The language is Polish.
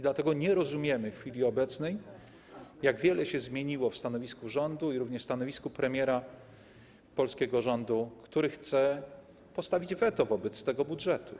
Dlatego nie rozumiemy w chwili obecnej tego, jak wiele się zmieniło w stanowisku rządu i również w stanowisku premiera polskiego rządu, który chce postawić weto wobec tego budżetu.